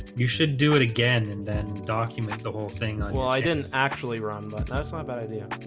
you should do it again and then document the whole thing well i didn't actually run but that's my bad idea